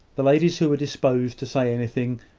the ladies who were disposed to say anything,